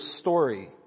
story